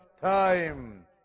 time